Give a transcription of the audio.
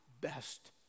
best